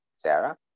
Sarah